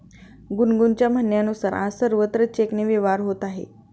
गुनगुनच्या म्हणण्यानुसार, आज सर्वत्र चेकने व्यवहार होत आहे